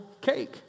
cake